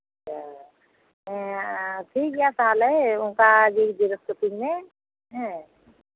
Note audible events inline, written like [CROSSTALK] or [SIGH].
[UNINTELLIGIBLE] ᱦᱮᱸ ᱟᱨ ᱴᱷᱤᱠ ᱜᱮᱭᱟ ᱛᱟᱦᱚᱞᱮ ᱚᱱᱠᱟ ᱜᱮ ᱡᱮᱨᱚᱠᱥ ᱠᱟᱹᱛᱤᱧ ᱢᱮ ᱦᱮᱸ